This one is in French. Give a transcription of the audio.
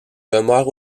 demeure